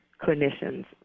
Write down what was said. clinicians